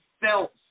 felt